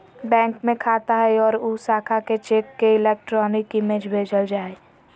bank में खाता हइ और उ शाखा के चेक के इलेक्ट्रॉनिक इमेज भेजल जा हइ